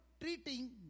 treating